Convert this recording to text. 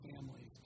families